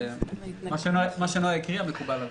מה שנעה הקריאה, מקובל עלינו.